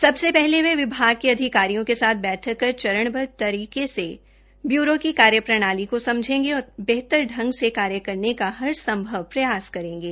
सबसे पहले वे विभाग के अधिकारियों के साथ बैठक कर चरणबद्व तरीके से ब्यूरो की कार्यप्रणाली को समझेंगे और बेहतर से बेहतर करने का हर संभव प्रयास करेंगे